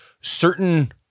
certain